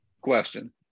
question